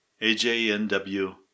AJNW